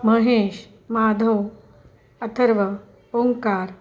Mahesh Madhav Atharva Omkar